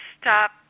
stop